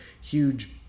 huge